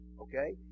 Okay